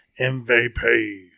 MVP